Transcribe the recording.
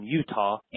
Utah